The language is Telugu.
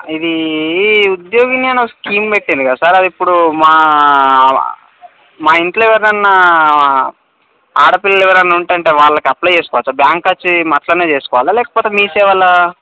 ఇది ఉద్యోగినీ అని ఓ స్కీం పెట్టారు కదా సార్ అది ఇప్పుడు మా మా ఇంట్లో ఎవరినైనా ఆడపిల్లలు ఎవరినైనా ఉంటే అంటే వాళ్ళకి అప్లై చేసుకోవచ్చా బ్యాంక్కి వచ్చి అట్లనే చేసుకోవాలా లేకపోతే మీ సేవలో